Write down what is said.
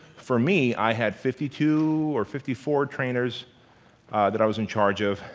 for me, i had fifty two or fifty four trainers that i was in charge of,